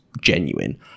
genuine